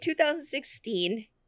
2016